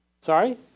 Sorry